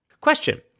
Question